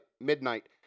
midnight